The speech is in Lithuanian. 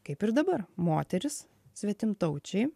kaip ir dabar moterys svetimtaučiai